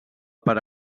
per